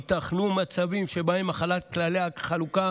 ייתכנו מצבים שבהם החלת כללי החלוקה